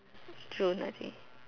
June I think